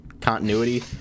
continuity